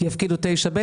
יפקידו 9ב,